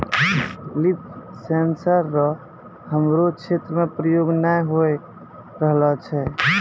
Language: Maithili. लिफ सेंसर रो हमरो क्षेत्र मे प्रयोग नै होए रहलो छै